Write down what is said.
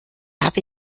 habe